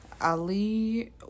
Ali